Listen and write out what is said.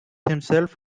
himself